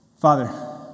Father